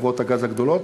הגדולות.